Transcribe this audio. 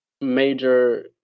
major